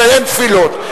שאין תפילות.